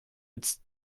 its